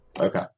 Okay